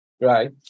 Right